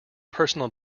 personal